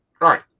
Right